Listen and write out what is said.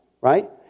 right